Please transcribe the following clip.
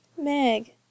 meg